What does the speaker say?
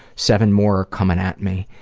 seven more are coming at me.